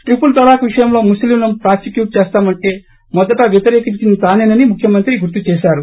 triple talaq విషయంలో ముస్లిం లను ప్రాసిక్యూట్ చేస్తామంటే మొదట వ్యతిరేకించింది తానేనని ముఖ్యమంత్రి గుర్తు చేశారు